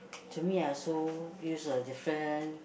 to me I also use a different